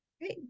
Great